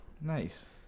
Nice